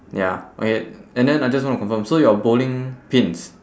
ya okay and then I just wanna confirm so your bowling pins